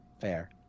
fair